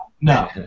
no